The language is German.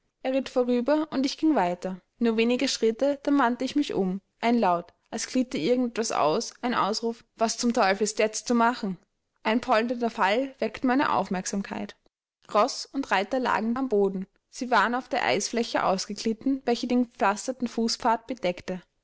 er ritt vorüber und ich ging weiter nur wenige schritte dann wandte ich mich um ein laut als glitte irgend etwas aus ein ausruf was zum teufel ist jetzt zu machen ein polternder fall weckten meine aufmerksamkeit roß und reiter lagen am boden sie waren auf der eisfläche ausgeglitten welche den gepflasterten fußpfad bedeckte